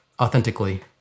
authentically